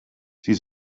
sie